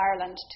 Ireland